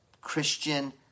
Christian